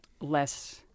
less